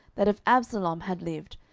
that if absalom had lived,